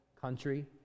country